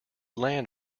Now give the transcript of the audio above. land